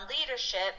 leadership